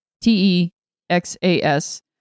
T-E-X-A-S